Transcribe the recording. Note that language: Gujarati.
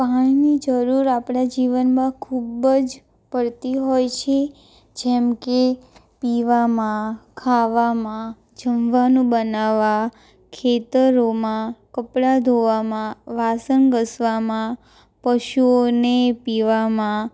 પાણીની જરૂર આપણા જીવનમાં ખૂબ જ પડતી હોય છે જેમકે પીવામાં ખાવામાં જમવાનું બનાવવા ખેતરોમાં કપડાં ધોવામાં વાસણ ઘસવામાં પશુઓને પીવામાં